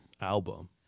album